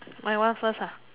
my one first lah